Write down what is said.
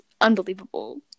unbelievable